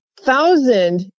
thousand